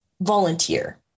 volunteer